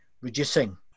reducing